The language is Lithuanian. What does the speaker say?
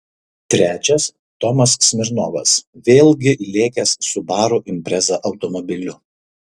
trečias tomas smirnovas vėlgi lėkęs subaru impreza automobiliu